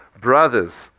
brothers